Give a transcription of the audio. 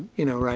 you know,